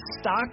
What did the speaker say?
stock